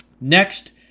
Next